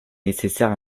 nécessaire